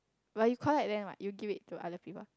but you collect them what you give it to other people